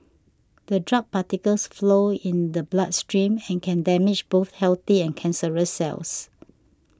the drug particles flow in the bloodstream and can damage both healthy and cancerous cells